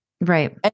Right